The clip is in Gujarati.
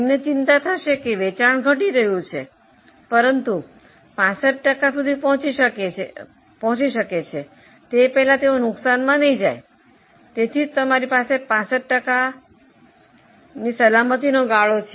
તેમને ચિંતા થશે કે વેચાણ ઘટી રહ્યું છે પરંતુ તે 65 ટકા સુધી પહોંચી શકે છે તે પહેલાં તેઓ નુકસાનમાં નહીં જાય તેથી જ તમારી પાસે 65 ટકા સલામતી નો ગાળો છે